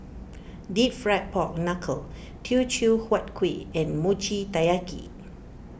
Deep Fried Pork Knuckle Teochew Huat Kuih and Mochi Taiyaki